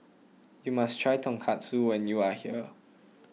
you must try Tonkatsu when you are here